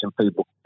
people